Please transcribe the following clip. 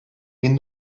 bin